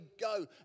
go